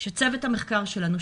שצוות המחקר שלנו,